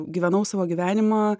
gyvenau savo gyvenimą